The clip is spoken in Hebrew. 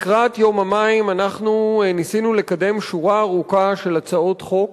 לקראת יום המים ניסינו לקדם שורה ארוכה של הצעות חוק